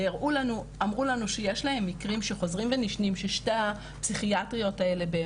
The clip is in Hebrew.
ואמרו לנו שיש להם מקרים שחוזרים ונשנים ששתי הפסיכיאטריות האלה,